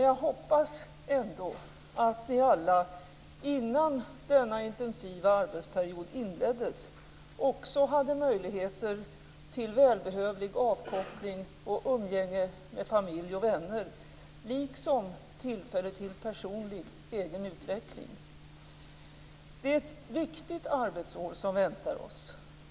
Jag hoppas dock att ni alla, innan denna intensiva arbetsperiod inleddes, också hade möjlighet till välbehövlig avkoppling och samvaro med familj och vänner liksom tillfälle till personlig utveckling. Det är ett viktigt arbetsår som nu väntar oss.